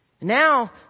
Now